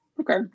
Okay